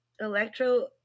electro